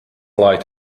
light